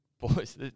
Boys